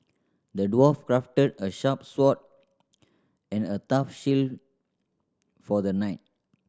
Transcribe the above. the dwarf crafted a sharp sword and a tough shield for the knight